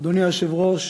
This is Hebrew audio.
אדוני היושב-ראש,